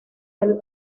del